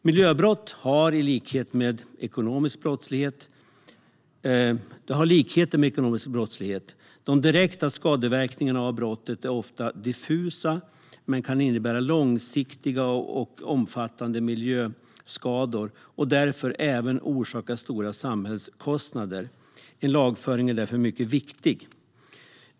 Miljöbrott har likheter med ekonomisk brottslighet. De direkta skadeverkningarna av brotten är ofta diffusa men kan innebära långsiktiga och omfattande miljöskador och därmed även orsaka stora samhällskostnader. En lagföring är därför mycket viktig.